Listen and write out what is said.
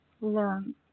learn